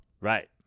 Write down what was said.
right